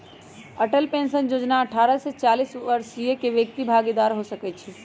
Atal pension जोजना अठारह से चालीस वरिस के व्यक्ति भागीदार हो सकइ छै